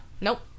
Nope